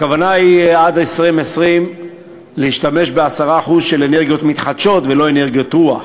הכוונה היא עד 2020 להשתמש ב-10% של אנרגיות מתחדשות ולא אנרגיות רוח.